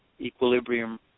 equilibrium